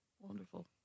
Wonderful